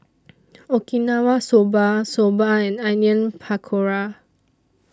Okinawa Soba Soba and Onion Pakora